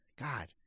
God